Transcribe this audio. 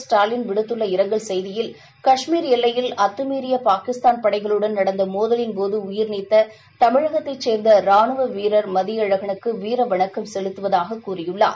ஸ்டாலின் விடுத்துள்ள இரங்கல் செய்தியில் காஷ்மீர் எல்லையில் அத்தமீறிய பாகிஸ்தான் படைகளுடன் நடந்த மோதலின் போது உயிர் நீத்த தமிழகத்தை சேர்ந்த ரானுவ வீரர் மதியழகனுக்கு வீரவணக்கம் செலுத்துவதாக கூறியுள்ளார்